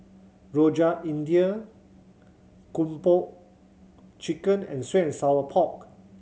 Rojak India Kung Po Chicken and sweet and sour pork